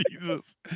Jesus